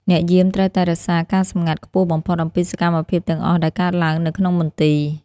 អ្នកយាមត្រូវតែរក្សាការសម្ងាត់ខ្ពស់បំផុតអំពីសកម្មភាពទាំងអស់ដែលកើតឡើងនៅក្នុងមន្ទីរ។